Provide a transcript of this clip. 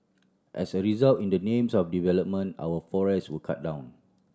as a result in the names of development our forests were cut down